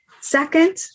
Second